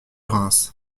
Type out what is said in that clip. reims